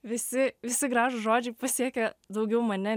visi visi gražūs žodžiai pasiekia daugiau mane